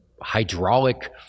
hydraulic